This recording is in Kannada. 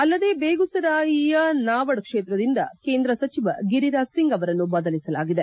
ಅಲ್ಲದೇ ಬೆಗುಸರಾಯಿಯ ನಾವಡ್ ಕ್ಷೇತ್ರದಿಂದ ಕೇಂದ್ರ ಸಚಿವ ಗಿರಿರಾಜ್ ಸಿಂಗ್ ಅವರನ್ನು ಬದಲಿಸಲಾಗಿದೆ